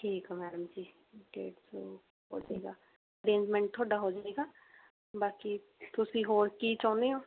ਠੀਕ ਹੈ ਮੈਡਮ ਜੀ ਡੇਢ ਸੌ ਹੋ ਜਾਵੇਗਾ ਅਰੇਂਜਮੈਂਟ ਤੁਹਾਡਾ ਹੋ ਜਾਵੇਗਾ ਬਾਕੀ ਤੁਸੀਂ ਹੋਰ ਕੀ ਚਾਹੁੰਦੇ ਹੋ